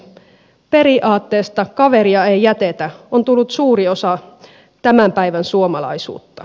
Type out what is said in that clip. periaatteesta kaveria ei jätetä on tullut suuri osa tämän päivän suomalaisuutta